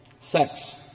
Sex